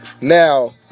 Now